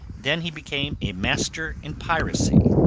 then he became a master in piracy,